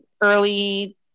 early